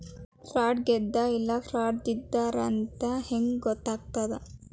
ಫ್ರಾಡಾಗೆದ ಇಲ್ಲ ಫ್ರಾಡಿದ್ದಾರಂತ್ ಹೆಂಗ್ ಗೊತ್ತಗ್ತದ?